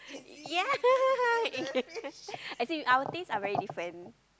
ya I think our taste are very different